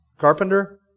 Carpenter